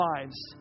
lives